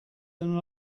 than